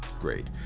great